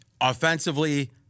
offensively